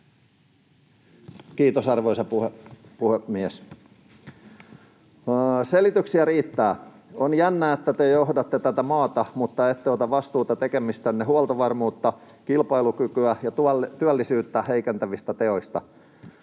Kiitos, arvoisa puhemies! — Selityksiä riittää. On jännää, että te johdatte tätä maata, mutta ette ota vastuuta tekemistänne huoltovarmuutta, kilpailukykyä ja työllisyyttä heikentävistä teoista.